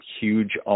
huge